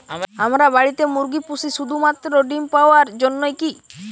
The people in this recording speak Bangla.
আমরা বাড়িতে মুরগি পুষি শুধু মাত্র ডিম পাওয়ার জন্যই কী?